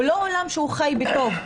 הוא לא עולם שהוא חי בטוב.